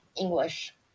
English